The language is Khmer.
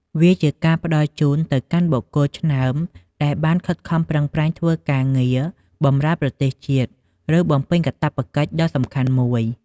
វាជាការផ្ដល់ជូនទៅកាន់បុគ្គលឆ្នើមដែលបានខិតខំប្រឹងប្រែងធ្វើការងារបម្រើប្រទេសជាតិ ឬបំពេញកាតព្វកិច្ចដ៏សំខាន់មួយ។